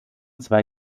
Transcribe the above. zwei